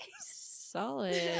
solid